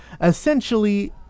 Essentially